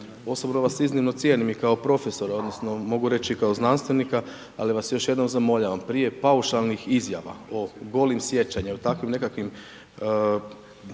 Osobno vas iznimno cijenim i kao profesor odnosno mogu reći i kao znanstvenika ali vas još jednom zamoljavam prije paušalnih izjava o golim sječama i o takvim nekakvim